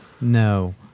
No